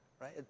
right